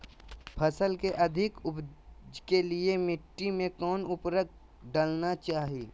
फसल के अधिक उपज के लिए मिट्टी मे कौन उर्वरक डलना चाइए?